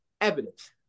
evidence